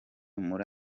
muri